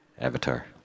avatar